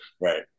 Right